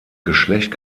geschlecht